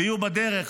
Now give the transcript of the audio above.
ויהיו בדרך.